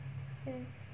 mm